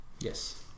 Yes